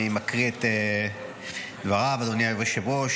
אני מקריא את דבריו: אדוני היושב-ראש,